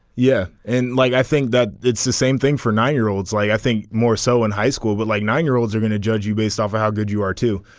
yeah and like i think that it's the same thing for nine year olds like i think more so in high school with but like nine year olds are going to judge you based off how good you are too.